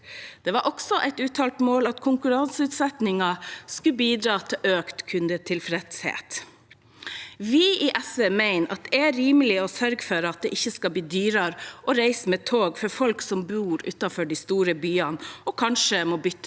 Det var også et uttalt mål at konkurranseutsetting skulle bidra til økt kundetilfredshet. Vi i SV mener det er rimelig å sørge for at det ikke skal bli dyrere å reise med tog for folk som bor utenfor de store byene, og som kanskje må bytte